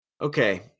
Okay